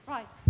Right